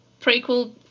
prequel